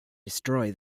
destroy